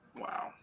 Wow